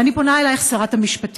ואני פונה אליך, שרת המשפטים: